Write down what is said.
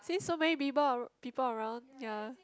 since so many people people around ya